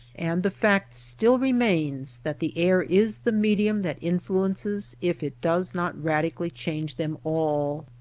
and the fact still re mains that the air is the medium that influ ences if it does not radically change them all.